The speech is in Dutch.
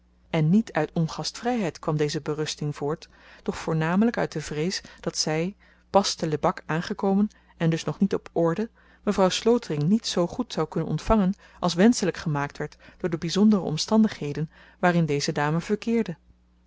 en niet uit ongastvryheid kwam deze berusting voort doch voornamelyk uit de vrees dat zy pas te lebak aangekomen en dus nog niet op orde mevrouw slotering niet zoo goed zou kunnen ontvangen als wenschelyk gemaakt werd door de byzondere omstandigheden waarin deze dame verkeerde